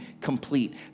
complete